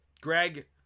Greg